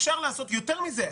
יותר מזה,